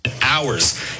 hours